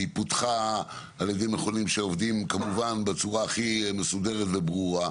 היא פותחה על ידי מכונים שעובדים כמובן בצורה הכי מסודרת וברורה,